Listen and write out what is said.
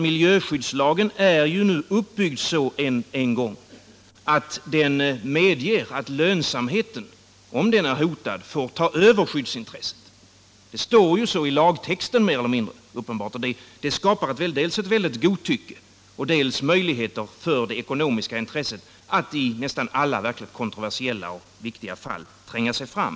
Miljöskyddslagen är ju nu en gång uppbyggd så, att den medger att lönsamheten, om den är hotad, får ta över skyddsintresset. Uppenbarligen står det så, mer eller mindre, i lagtexten, och det skapar dels ett väldigt godtycke, dels möjligheter för det ekonomiska intresset att i nästan alla verkligt kontroversiella och viktiga fall tränga sig fram.